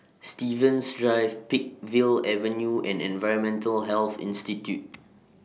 Stevens Drive Peakville Avenue and Environmental Health Institute